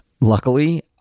Luckily